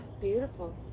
beautiful